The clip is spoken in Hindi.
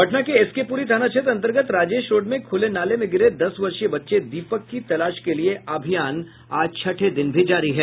पटना के एसके पुरी थाना क्षेत्र अंतर्गत राजेश रोड में खुले नाले में गिरे दस वर्षीय बच्चे दीपक की तलाश के लिये अभियान आज छठे दिन भी जारी है